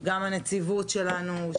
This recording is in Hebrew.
גם הנציבות שלנו.